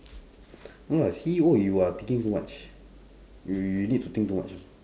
no lah C_E_O you are thinking too much you you need to think too much